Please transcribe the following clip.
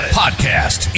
podcast